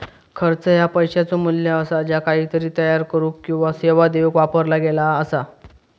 खर्च ह्या पैशाचो मू्ल्य असा ज्या काहीतरी तयार करुक किंवा सेवा देऊक वापरला गेला असा